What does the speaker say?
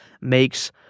makes